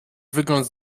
wygląd